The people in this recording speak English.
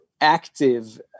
active